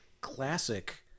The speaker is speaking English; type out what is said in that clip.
classic